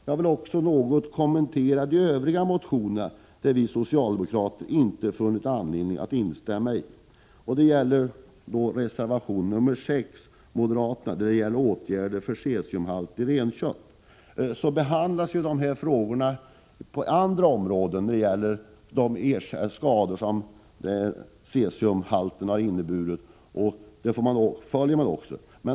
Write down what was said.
Jag vill också något kommentera de övriga reservationer som vi socialdemokrater inte har funnit anledning att instämma i. Det gäller reservation 6 från moderaterna om åtgärder för att nedbringa cesiumhalten i renkött. Dessa frågor tas upp i andra sammanhang där ersättningen för de skador som cesiumhalten har medfört behandlas och där detta alltså följs upp.